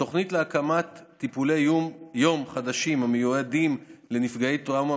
התוכנית להקמת טיפולי יום חדשים המיועדים לנפגעי טראומה